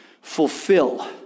fulfill